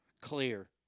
clear